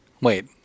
Wait